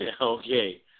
Okay